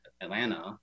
atlanta